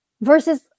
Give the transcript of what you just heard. versus